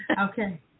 Okay